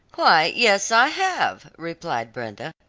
why, yes, i have, replied brenda.